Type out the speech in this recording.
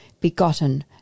begotten